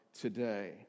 today